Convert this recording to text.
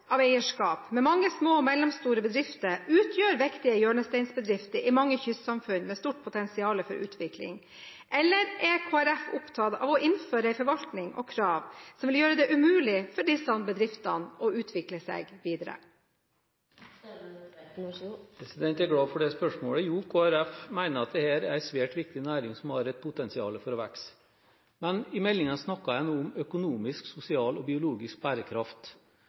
med mange små og mellomstore bedrifter, utgjør viktige hjørnesteinsbedrifter i mange kystsamfunn med stort potensial for utvikling, eller er Kristelig Folkeparti opptatt av å innføre en forvaltning og krav som vil gjøre det umulig for disse bedriftene å utvikle seg videre? Jeg er glad for det spørsmålet. Jo, Kristelig Folkeparti mener at dette er en svært viktig næring, som har et potensial for å vokse. Men i meldingen snakker en om økonomisk, sosial og biologisk bærekraft.